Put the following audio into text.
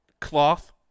cloth